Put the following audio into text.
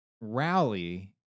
rally